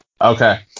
Okay